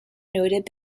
noted